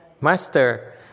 Master